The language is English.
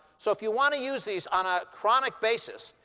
so if you want to use these on a chronic basis,